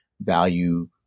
value